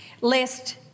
Lest